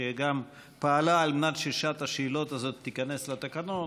שגם פעלה על מנת ששעת השאלות הזאת תיכנס לתקנון,